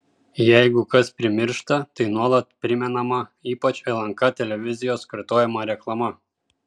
jeigu kas primiršta tai nuolat primenama ypač lnk televizijos kartojama reklama